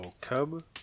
cub